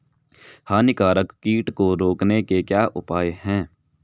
हानिकारक कीट को रोकने के क्या उपाय हैं?